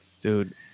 dude